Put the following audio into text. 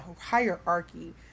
hierarchy